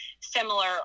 similar